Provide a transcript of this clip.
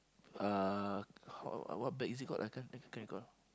uh how what bag is it called I can't can't recall